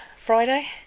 Friday